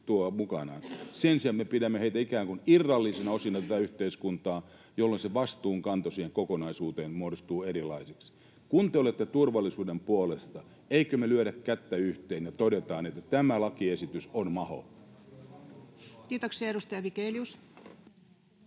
Sen sijaan me pidämme heitä ikään kuin irrallisina osina tätä yhteiskuntaa, jolloin se vastuunkanto siihen kokonaisuuteen muodostuu erilaiseksi. Kun te olette turvallisuuden puolesta, eikö me lyödä kättä yhteen ja todeta, että tämä lakiesitys on maho? [Speech 60] Speaker: